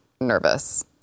nervous